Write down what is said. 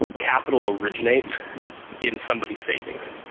capital originates in somebody's savings,